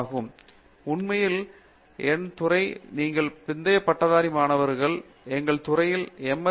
பேராசிரியர் பிரதாப் ஹரிதாஸ் ஆம் உண்மையில் என்ன துறைகளில் நீங்கள் பிந்தைய பட்டதாரி மாணவர்கள் எங்கள் துறையிலிருந்து எம்